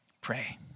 pray